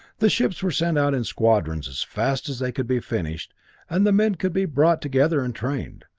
the ships were sent out in squadrons as fast as they could be finished and the men could be brought together and trained.